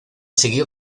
siguió